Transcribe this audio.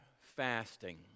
fasting